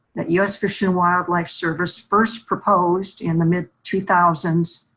that us fish and wildlife service first proposed in the mid two thousand